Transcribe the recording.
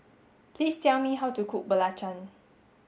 please tell me how to cook Belacan